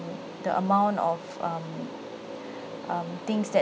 the amount of um um things that